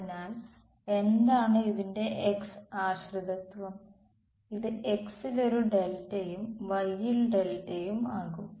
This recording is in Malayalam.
അതിനാൽ എന്താണ് ഇതിന്റെ x ആശ്രിതത്വo ഇത് x ൽ ഒരു ഡെൽറ്റയും y ൽ ഡെൽറ്റയും ആകും